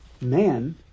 Man